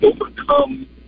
overcome